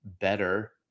better